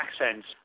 accents